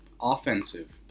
offensive